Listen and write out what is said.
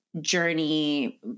journey